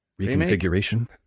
Reconfiguration